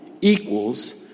equals